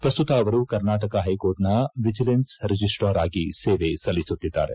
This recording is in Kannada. ಪ್ರಸ್ತುತ ಅವರು ಕರ್ನಾಟಕ ಪ್ಲೆಕೋರ್ಟ್ನ ವಿಜಿಲೆನ್ಸ್ ರಿಜಿಸ್ಟಾರ್ ಆಗಿ ಸೇವೆ ಸಲ್ಲಿಸುತ್ತಿದ್ದಾರೆ